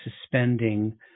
suspending